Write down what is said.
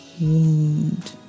wound